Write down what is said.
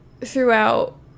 throughout